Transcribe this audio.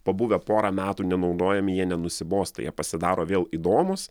pabuvę porą metų nenaudojami jie nenusibosta jie pasidaro vėl įdomūs